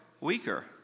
weaker